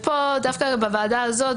בוועדה הזו,